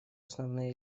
основные